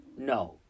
No